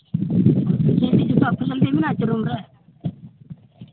ᱦᱮᱸ ᱡᱚᱛᱚᱣᱟᱜ ᱯᱷᱮᱥᱮᱞᱤᱴᱤ ᱢᱮᱱᱟᱜᱼᱟ ᱥᱮ ᱨᱩᱢ ᱨᱮ